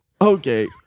Okay